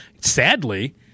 Sadly